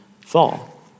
fall